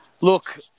Look